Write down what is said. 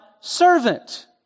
servant